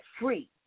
free